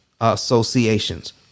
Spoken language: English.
associations